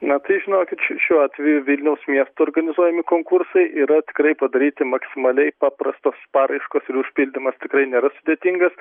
na tai žinokit šiuo atveju vilniaus miesto organizuojami konkursai yra tikrai padaryti maksimaliai paprastos paraiškos ir užpildymas tikrai nėra sudėtingas